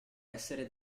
essere